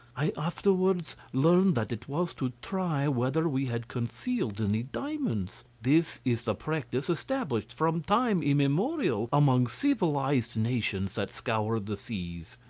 i afterwards learnt that it was to try whether we had concealed and any diamonds. this is the practice established from time immemorial, among civilised nations that scour the seas.